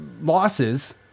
losses